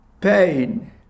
pain